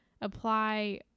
apply